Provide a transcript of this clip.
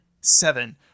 Seven